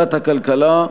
ועדת הכלכלה,